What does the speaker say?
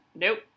nope